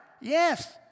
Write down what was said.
Yes